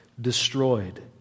destroyed